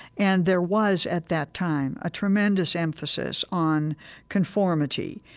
and there was, at that time, a tremendous emphasis on conformity.